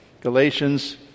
Galatians